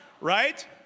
right